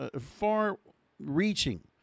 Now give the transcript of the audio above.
far-reaching